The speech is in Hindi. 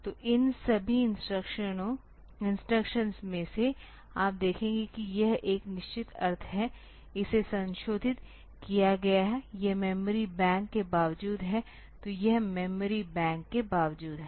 तो इन सभी इंस्ट्रक्शंस में से आप देखते हैं कि यह एक निश्चित अर्थ है इसे संशोधित किया गया है यह मेमोरी बैंकों के बावजूद है तो यह मेमोरी बैंकों के बावजूद है